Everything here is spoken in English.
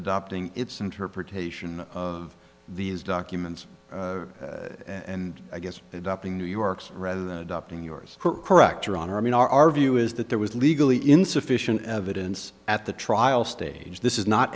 adopting its interpretation of these documents and i guess adopting new york's rather than adopting yours correct your honor i mean our view is that there was legally insufficient evidence at the trial stage this is not